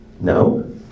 No